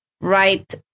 right